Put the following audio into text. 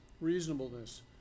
reasonableness